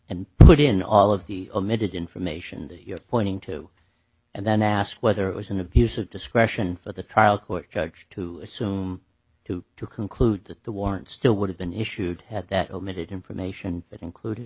and put in all of the omitted information that you're pointing to and then ask whether it was an abuse of discretion for the trial court judge to assume who to conclude that the warrant still would have been issued at that omitted information that included